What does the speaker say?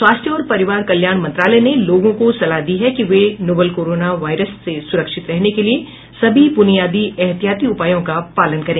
स्वास्थ्य और परिवार कल्याण मंत्रालय ने लोगों को सलाह दी है कि वे नोवल कोरोना वायरस से सुरक्षित रहने के लिए सभी ब्रनियादी एहतियाती उपायों का पालन करें